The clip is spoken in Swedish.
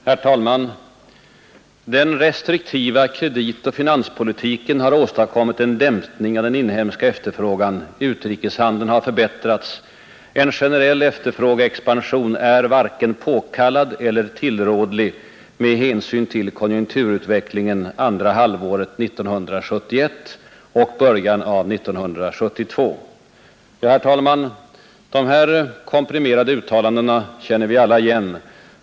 Herr talman! Den restriktiva kreditoch finanspolitiken har åstadkommit en dämpning av den inhemska efterfrågan. Utrikeshandeln har förbättrats. En generell efterfrågeexpansion är varken påkallad eller tillrådlig med hänsyn till konjunkturutvecklingen andra halvåret 1971 och början av 1972. Ja, herr talman, dessa komprimerade uttalanden känner vi alla igen.